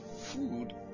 food